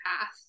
path